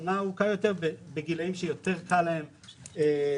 השמה ארוכה יותר בגילים שיותר קל להן להיכנס.